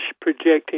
projecting